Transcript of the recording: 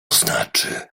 znaczy